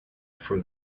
from